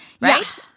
right